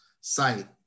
site